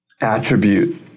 attribute